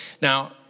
Now